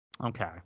okay